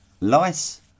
Lice